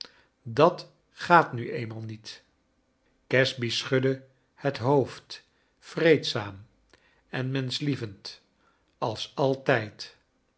dat gaat nu eenmaal niet casby schudde het hoofd vreedzaam en menschlievend als altijd